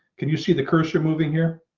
can you see the cursor moving here.